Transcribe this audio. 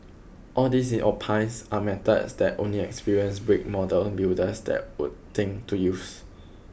all these he opines are methods that only experienced brick model builders there would think to use